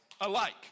alike